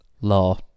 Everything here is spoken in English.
law